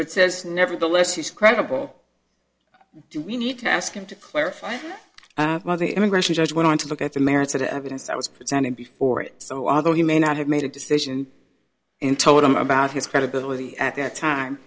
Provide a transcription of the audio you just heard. it says nevertheless he's credible do we need to ask him to clarify why the immigration judge went on to look at the merits of the evidence that was presented before it so although he may not have made a decision and told him about his credibility at that time